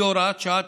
שהיא הוראת שעה,